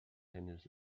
henüz